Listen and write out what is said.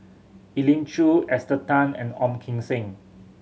Elim Chew Esther Tan and Ong Kim Seng